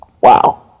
Wow